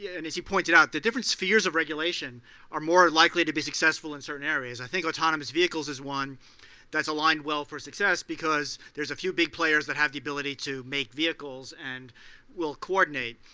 yeah and as you pointed out, the different spheres of regulation are more likely to be successful in certain areas. i think autonomous vehicles is one that's aligned well for success because there's a few big players that have the ability to make vehicles and will coordinate.